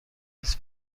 نیز